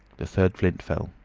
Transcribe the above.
the third flint fell.